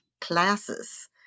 classes